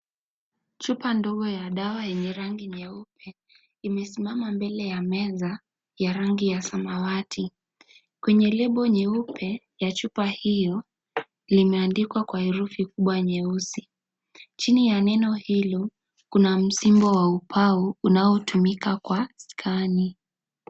Chupa ndogo ya dawa yenye rangi nyeupe .Imesimama mbele ya meza ya rangi ya samawati. Kwenye label nyeupe, ya chupa hiyo, limeandikwa kwa herufi kubwa nyeusi. Chini ya neno hilo, kuna msimbo wa ubao unaotumika kwa scan .